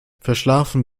verschlafen